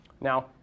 Now